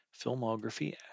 Filmography